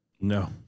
No